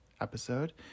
episode